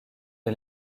est